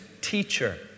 teacher